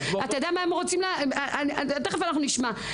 תיכף נשמע.